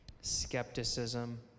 skepticism